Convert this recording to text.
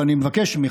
ואני מבקש ממך,